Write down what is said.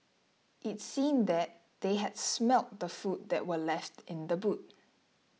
it seemed that they had smelt the food that were left in the boot